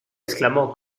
exclamó